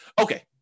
Okay